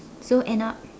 so end up